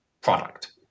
product